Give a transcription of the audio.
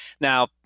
Now